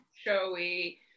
showy